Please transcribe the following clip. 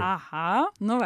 aha nu va